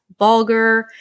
bulgur